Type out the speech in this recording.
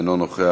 אינו נוכח,